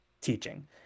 teaching